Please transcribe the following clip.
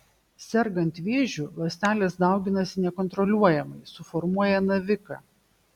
sergant vėžiu ląstelės dauginasi nekontroliuojamai suformuoja naviką